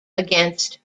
against